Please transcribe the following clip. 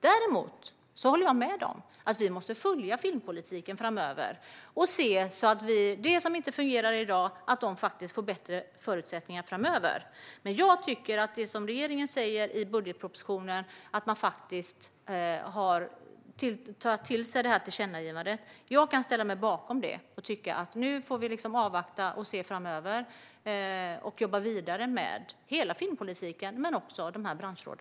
Däremot håller jag med om att vi måste följa filmpolitiken framöver och se till att det som inte fungerar i dag får bättre förutsättningar framöver. Regeringen säger i budgetpropositionen att man har tagit till sig detta tillkännagivande. Jag kan ställa mig bakom det och tycka att vi nu får avvakta och se hur det blir framöver. Det handlar om att jobba vidare med hela filmpolitiken och också med dessa branschråd.